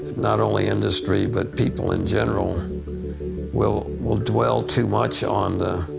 not only industry but people in general will will dwell too much on the,